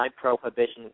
prohibition